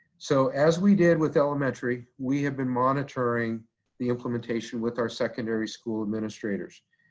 so, as we did with elementary, we have been monitoring the implementation with our secondary school administrators.